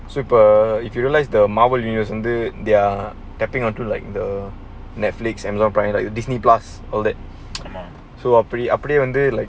super if you realise the marvel universe and they they're tapping onto like the netflix amazon prime like disney plus all that so are pretty ah pretty one day like